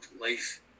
life